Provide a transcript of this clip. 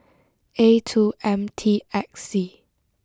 A two M T X C